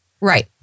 Right